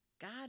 God